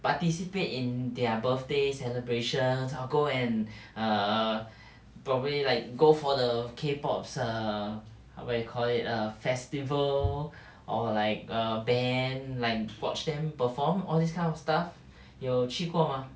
participate in their birthday celebrations or go and err probably like go for the K pop err what you call it err festival or like err band like watch them perform all this kind of stuff 有去过吗